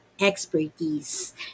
Expertise